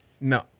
no